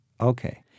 Okay